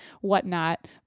whatnot